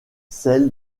celle